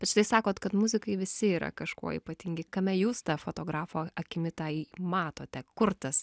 bet štai sakot kad muzikai visi yra kažkuo ypatingi kame jūs ta fotografo akimi tai matote kur tas